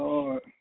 Lord